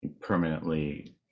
permanently